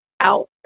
out